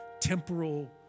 temporal